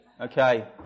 Okay